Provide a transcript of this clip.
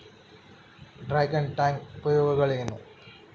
Dragon tank ಉಪಯೋಗಗಳೇನು?